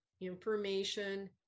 information